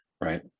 Right